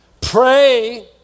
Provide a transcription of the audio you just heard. Pray